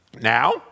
Now